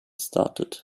started